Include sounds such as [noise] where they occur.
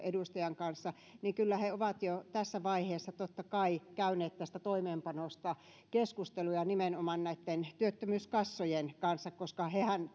edustajan kanssa niin kyllä he ovat jo tässä vaiheessa totta kai käyneet tästä toimeenpanosta keskusteluja nimenomaan näitten työttömyyskassojen kanssa koska hehän [unintelligible]